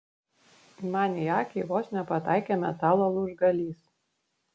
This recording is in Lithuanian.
man į akį vos nepataikė metalo lūžgalys